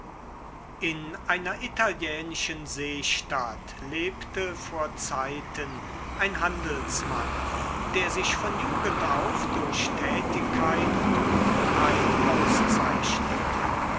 in einer italienischen seestadt lebte vorzeiten ein handelsmann der sich von jugend auf durch tätigkeit und klugheit auszeichnete